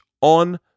on